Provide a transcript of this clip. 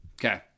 Okay